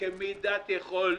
"כמידת יכולת".